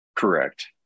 Correct